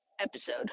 episode